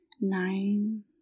nine